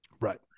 Right